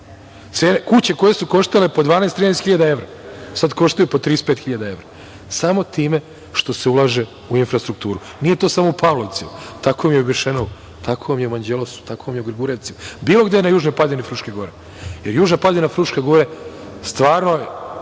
Kuće koje su koštale po 12, 13 hiljada evra sada koštaju po 35 hiljada evra samo time što se ulaže u infrastrukturu. Nije to samo u Pavlovcima. Tako je i u Bišenovu, tako vam je i u Manđelosu, tako vam je u Gugurevcima, bilo gde na južnoj padini Fruške gore, jer južna padina Fruške gore stvarno je